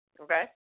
okay